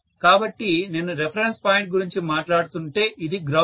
కాబట్టి నేను reference point గురించి మాట్లాడుతుంటే ఇది గ్రౌండ్